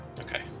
okay